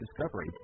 discovery